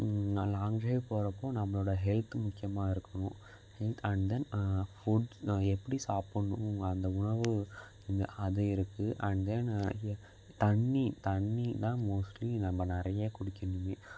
நான் long drive போகிறப்போ நம்மளோட ஹெல்த் முக்கியமாக இருக்கணும் ஹெல்த் அண்ட் தென் ஃபூட்ஸ் நான் எப்படி சாப்புடண்ணும் அந்த உணவு இந்த அது இருக்குது அண்ட் தென் தண்ணி தண்ணிதான் மோஸ்ட்லீ நம்ம நிறைய குடிக்கணுமே